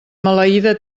maleïda